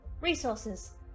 resources